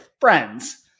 friends